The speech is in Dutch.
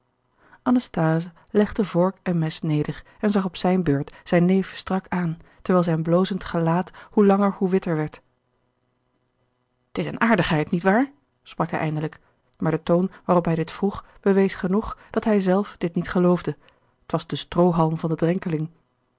anasthase legde vork en mes neder en zag op zijne beurt zijn neef strak aan terwijl zijn blozend gelaat hoe langer hoe witter werd t is een aardigheid niet waar sprak hij eindelijk maar de toon waarop hij dit vroeg bewees genoeg dat hij zelf dit niet geloofde t was de stroohalm van den drenkeling